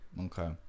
okay